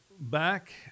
back